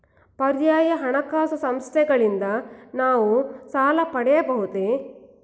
ಪರ್ಯಾಯ ಹಣಕಾಸು ಸಂಸ್ಥೆಗಳಿಂದ ನಾವು ಸಾಲ ಪಡೆಯಬಹುದೇ?